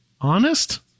honest